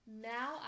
Now